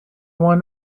one